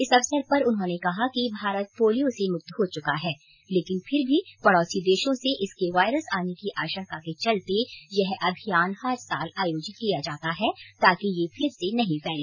इस अवसर पर उन्होंने कहा कि भारत पोलियो से मुक्त हो चुका है लेकिन फिर भी पड़ोर्सी देशों से इसके वायरस के आने की आशंका के चलते यह अभियान हर साल आयोजित किया जाता है ताकि ये फिर से नहीं फैले